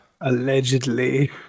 Allegedly